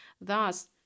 Thus